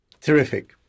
Terrific